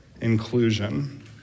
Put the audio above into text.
inclusion